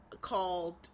called